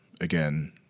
again